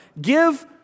Give